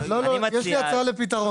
לא, יש לי הצעה לפתרון.